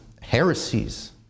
heresies